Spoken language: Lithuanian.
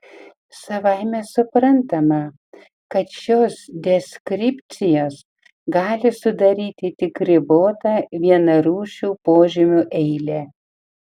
savaime suprantama kad šios deskripcijos gali sudaryti tik ribotą vienarūšių požymių eilę